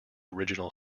original